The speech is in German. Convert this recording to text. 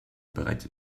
bereits